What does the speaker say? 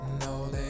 No